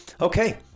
Okay